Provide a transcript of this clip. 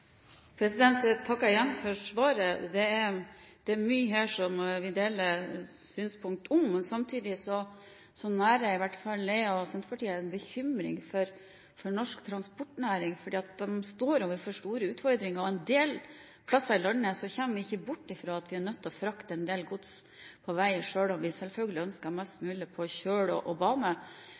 Jeg takker igjen for svaret. Det er mye som vi her deler synspunkt på. Samtidig nærer jeg og Senterpartiet en bekymring for norsk transportnæring, for de står overfor store utfordringer. Vi kommer ikke bort fra at en del plasser i landet er vi nødt til å frakte en del gods på vei, selv om vi selvfølgelig ønsker mest mulig på kjøl og bane. Det vil være behov for transport fra enkelte knutepunkt og